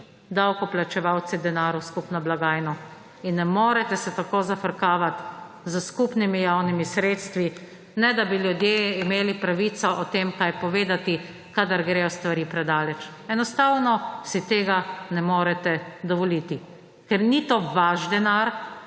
davkoplačevalci denar v skupno blagajno in ne morete se tako zafrkavati s skupnimi javnimi sredstvi, ne da bi ljudje imeli pravico o tem kaj povedati, kadar gredo stvari predaleč. Enostavno si tega ne morete dovoliti, ker to ni vaš denar